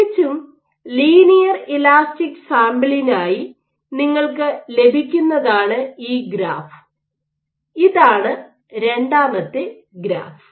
തികച്ചും linear elastic സാമ്പിളിനായി linear നിങ്ങൾക്ക് ലഭിക്കുന്നതാണ് ഈ ഗ്രാഫ് ഇതാണ് രണ്ടാമത്തെ ഗ്രാഫ്